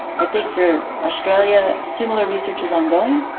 i think for australia a similar research is ongoing,